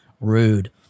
rude